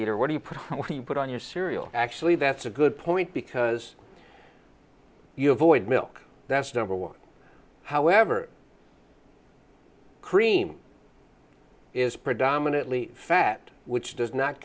eater what do you propose we put on your cereal actually that's a good point because you avoid milk that's number one however cream is predominantly fat which does not